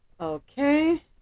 Okay